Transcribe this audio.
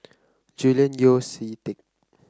Julian Yeo See Teck